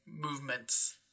movements